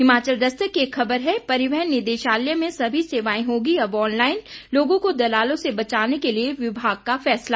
हिमाचल दस्तक की एक ख़बर है परिवहन निदेशालय में सभी सेवाएं होगी अब ऑनलाईन लोगों को दलालों से बचाने के लिए विभाग का फैसला